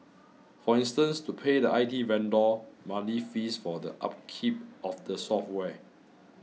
for instance to pay the I T vendor monthly fees for the upkeep of the software